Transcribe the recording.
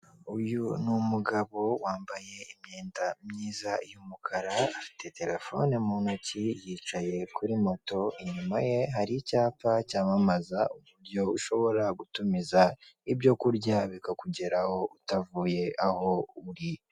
Uyu ni umugabo wambaye imyenda myiza y'umukara, afite terefone mu ntoki, yicaye kuri moto, inyuma ye hari icyapa cyamamaza uburyo ushobora gutumiza ibyo kurya bikakugeraho utavuye aho uri.